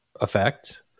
effect